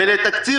ולתקציב